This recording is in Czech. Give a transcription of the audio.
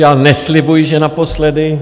Já neslibuji, že naposledy.